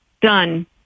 done